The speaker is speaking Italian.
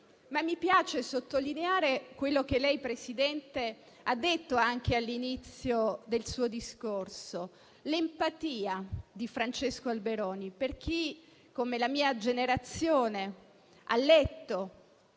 Mi piace, però, sottolineare quello che lei Presidente ha detto anche all'inizio del suo discorso, ovvero l'empatia di Francesco Alberoni. Per chi, come quelli della mia generazione, ha letto